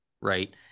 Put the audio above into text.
right